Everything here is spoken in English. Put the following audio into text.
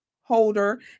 holder